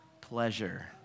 pleasure